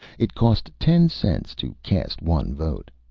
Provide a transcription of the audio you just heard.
it cost ten cents to cast one vote.